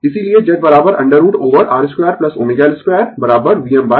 इसीलिए Z √ over R 2ω L 2Vm Im